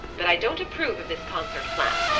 but i don't approve of this concert plan.